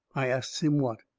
i asts him what.